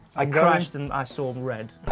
i crashed and i saw red.